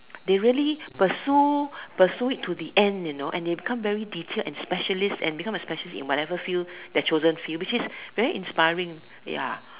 they really pursue pursue it to the end you know and they become very detailed and specialist and become a specialist in whatever field their chosen field which is very inspiring ya